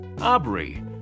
Aubrey